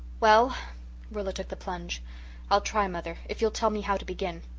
well rilla took the plunge i'll try, mother if you'll tell me how to begin.